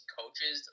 coaches